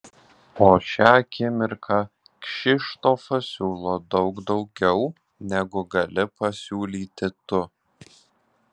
o šią akimirką kšištofas siūlo daug daugiau negu gali pasiūlyti tu